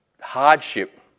hardship